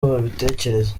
babitekereza